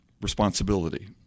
responsibility